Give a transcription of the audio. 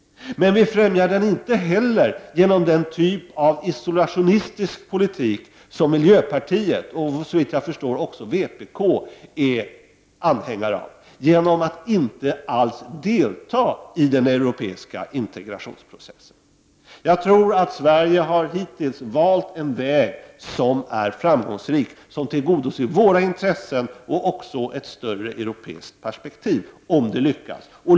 Men vi främjar den inte heller genom den typ av isolationistisk politik som miljöpartiet och, såvitt jag förstår, också vpk är anhängare av, genom att inte alls delta i den europeiska integrationsprocessen. Jag tror att Sverige hittills har valt en väg som är framgångsrik, som tillgodoser våra intressen och också ett större europeiskt perspektiv, om vi lyckas.